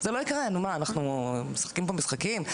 אנחנו משחקים פה משחקים?